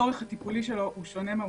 הצורך הטיפולי שלו הוא שונה מהותית.